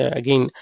again